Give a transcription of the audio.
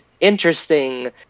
interesting